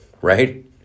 right